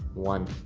one.